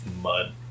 mud